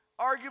arguably